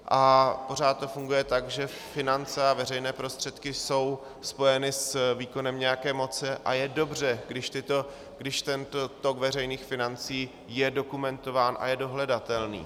A pořád to funguje tak, že finance a veřejné prostředky jsou spojeny s výkonem nějaké moci, a je dobře, když tok veřejných financí je dokumentován a je dohledatelný.